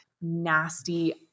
nasty